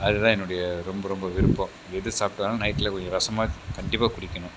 அதுதான் என்னுடைய ரொம்ப ரொம்ப விருப்பம் எது சாப்பிட்டாலும் நைட்டில் கொஞ்சம் ரசமாவது கண்டிப்பாக குடிக்கணும்